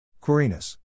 Quirinus